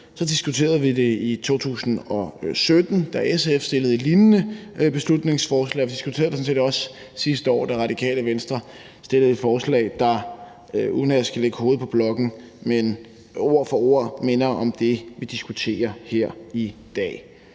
Så diskuterede vi det i 2017, da SF fremsatte et lignende beslutningsforslag, og vi diskuterede det sådan set også sidste år, da Det Radikale Venstre fremsatte et forslag, der – uden at jeg skal lægge hovedet på blokken – ord for ord minder om det, vi diskuterer her i dag.